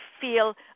feel